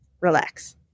Relax